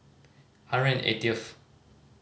hundred and eightieth